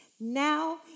Now